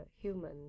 human